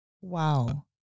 Wow